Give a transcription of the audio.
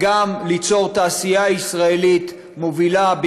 וגם ליצור תעשייה ישראלית מובילה,